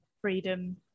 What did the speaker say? freedom